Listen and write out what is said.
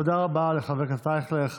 תודה רבה לחבר הכנסת אייכלר.